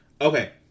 Okay